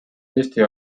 eesti